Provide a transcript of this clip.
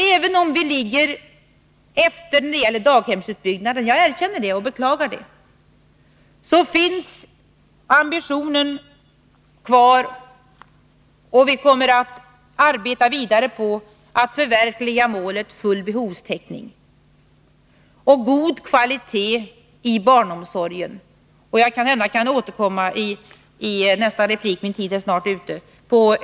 Även om vi ligger efter när det gäller daghemsutbyggnaden — jag erkänner och beklagar det förhållandet — finns ambitionen kvar, och vi kommer att arbeta vidare på att förverkliga målet full behovstäckning och god kvalitet i barnomsorgen. Jag återkommer kanhända till dessa frågor i nästa replik — min taletid är snart ute.